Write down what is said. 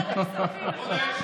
כבוד היושב-ראש,